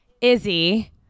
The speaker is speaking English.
Izzy